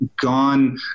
Gone